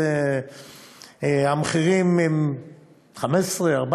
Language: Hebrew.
המחירים הם 15,000 שקלים,